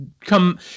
come